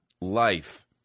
life